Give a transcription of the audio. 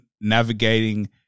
navigating